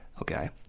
Okay